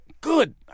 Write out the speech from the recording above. good